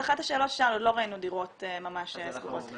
אבל אחת השאלות ששאלנו לא ראינו דירות ממש סגורות.